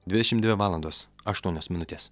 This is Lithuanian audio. dvidešimt dvi valandos aštuonios minutės